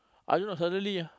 I don't know suddenly